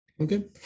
Okay